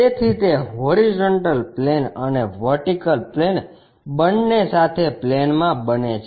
તેથી તે horizontal plane અને વર્ટીકલ પ્લેન બંને સાથે પ્લેનમાં બને છે